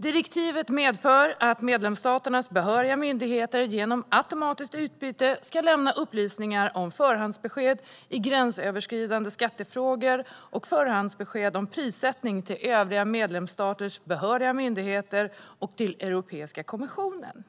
Direktivet medför att medlemsstaternas behöriga myndigheter genom automatiskt utbyte ska lämna upplysningar om förhandsbesked i gräns-överskridande skattefrågor och förhandsbesked om prissättning till övriga medlemsstaters behöriga myndigheter och till Europeiska kommissionen.